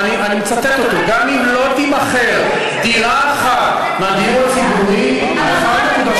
חברת הכנסת אורלי לוי, בואי ניתן לו להגיב.